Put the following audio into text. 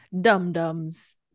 dum-dums